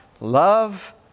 love